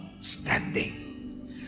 standing